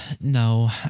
no